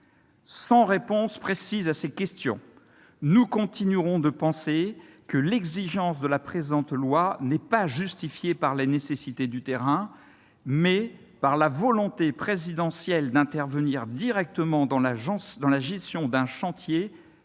Sans réponse précise à ces questions, nous continuerons de penser que le présent texte répond non pas aux nécessités du terrain, mais à la volonté présidentielle d'intervenir directement dans la gestion d'un chantier